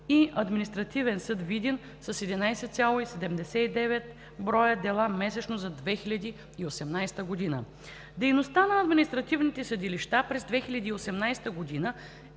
и Административен съд – Видин – 11,79 броя дела месечно за 2018 г. Дейността на административните съдилища през 2018 г.